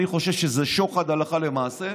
אני חושב שזה שוחד הלכה למעשה.